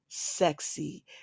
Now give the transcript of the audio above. sexy